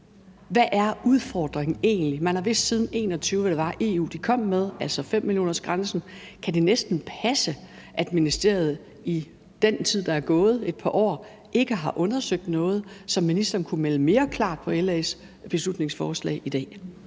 Hvad er udfordringen egentlig? Man har vidst siden 2021, hvad det var, EU kom med – altså 5 mio. euro-grænsen – og kan det så næsten passe, at ministeriet i den tid, der er gået, et par år, ikke har undersøgt noget, så ministeren kunne melde mere klart ud på LA's beslutningsforslag i dag?